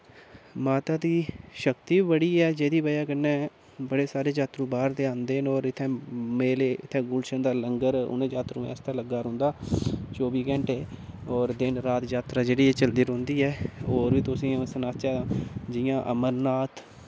माता दी शक्ति बी बड़ी ऐ जेह्दी बजह कन्नै बड़े सारे यात्रु बाह्र दा आंदे न ते और इत्थैं मेले इत्थैं गुलशन दा लंगर उनें यात्रुएं आस्तै लग्गे दा रौंह्दा चौबी घैंटे और दिन रात यात्रा जेह्ड़ी ऐ ओह् चलदी रौह्ंदी ऐ और बी तुसें अस सनाचै जियां अमरनाथ